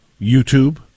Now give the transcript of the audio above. YouTube